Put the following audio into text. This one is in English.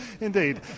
Indeed